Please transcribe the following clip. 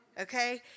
Okay